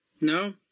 No